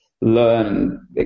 learn